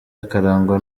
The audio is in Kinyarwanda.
akarangwa